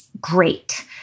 great